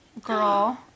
girl